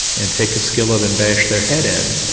and take a skillet and bash their head in,